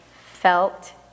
felt